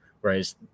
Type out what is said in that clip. whereas